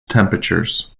temperatures